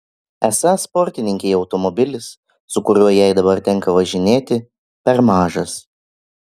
esą sportininkei automobilis su kuriuo jai dabar tenka važinėti per mažas